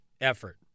effort